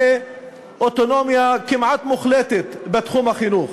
מאוטונומיה כמעט מוחלטת בתחום החינוך.